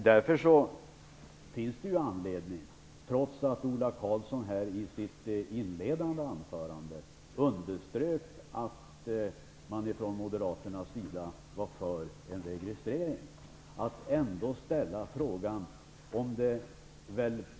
Det finns därför anledning, trots att Ola Karlsson här i sitt inledande anförande underströk att man från Moderaternas sida var för en registrering, att ställa en fråga.